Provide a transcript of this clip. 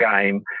game